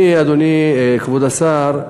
אני, אדוני כבוד השר,